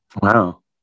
Wow